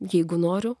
jeigu noriu